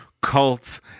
cults